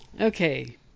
Okay